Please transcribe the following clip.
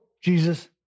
Jesus